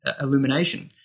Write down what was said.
illumination